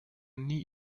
nie